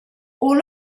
all